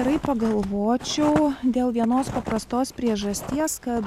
gerai pagalvočiau dėl vienos paprastos priežasties kad